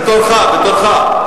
בתורך, בתורך.